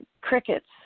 crickets